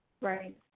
Right